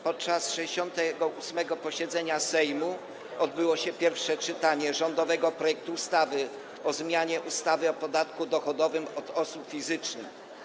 Podczas 68. posiedzenia Sejmu odbyło się pierwsze czytanie rządowego projektu ustawy o zmianie ustawy o podatku dochodowym od osób fizycznych.